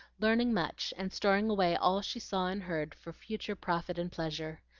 learning much and storing away all she saw and heard for future profit and pleasure.